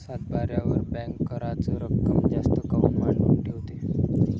सातबाऱ्यावर बँक कराच रक्कम जास्त काऊन मांडून ठेवते?